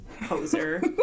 poser